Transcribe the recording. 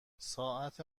ساعت